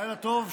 לילה טוב.